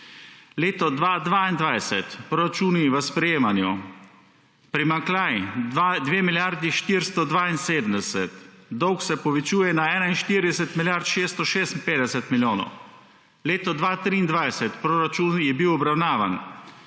Leto 2022, proračuni v sprejemanju. Primanjkljaj 2 milijardi 472, dolg se povečuje na 41 milijard 656 milijonov. Leto 2023, proračun je bil obravnavan.